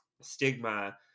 stigma